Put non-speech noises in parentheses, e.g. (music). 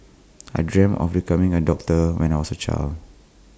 (noise) I dreamt of becoming A doctor when I was A child